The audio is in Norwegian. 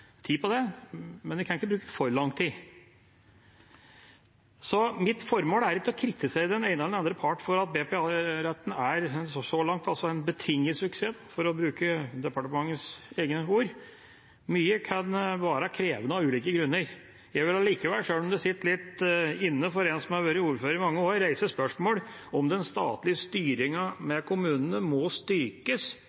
tid på det, men vi kan ikke bruke for lang tid. Mitt formål er ikke å kritisere den ene eller den andre part for at BPA-retten er – så langt – en «betinget suksess», for å bruke departementets egne ord. Mye kan være krevende av ulike grunner. Jeg vil allikevel, sjøl om det sitter langt inne for en som har vært ordfører i mange år, reise spørsmål om den statlige